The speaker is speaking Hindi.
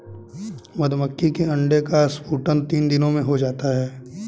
मधुमक्खी के अंडे का स्फुटन तीन दिनों में हो जाता है